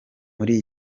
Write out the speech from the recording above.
muri